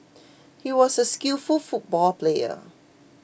he was a skillful football player